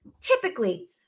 typically